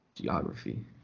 Geography